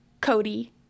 Cody